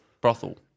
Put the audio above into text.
Brothel